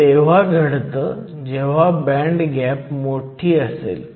हे तेव्हा घडतं जेव्हा बँड गॅप मोठी असेल